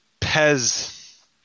Pez